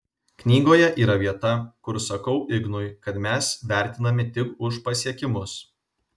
knygoje yra vieta kur sakau ignui kad mes vertinami tik už pasiekimus